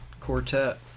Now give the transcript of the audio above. quartet